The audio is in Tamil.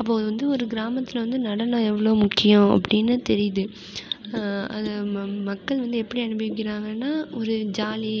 அப்போது அது வந்து ஒரு கிராமத்தில் வந்து நடனம் எவ்வளோ முக்கியம் அப்படினு தெரியுது மக்கள் வந்து எப்படி அனுபவிக்கிறாங்கனால் ஒரு ஜாலி